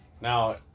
Now